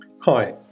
hi